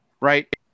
right